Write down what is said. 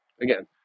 again